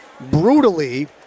brutally